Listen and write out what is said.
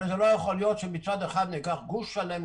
הרי לא יכול להיות שמצד אחד ניקח גוש שלם,